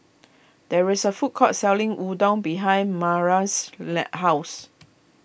there is a food court selling Udon behind house